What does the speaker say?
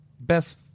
best